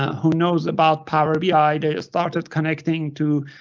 who knows about power be i? they started connecting to